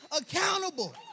accountable